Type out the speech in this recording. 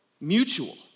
Mutual